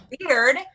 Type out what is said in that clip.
weird